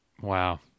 Wow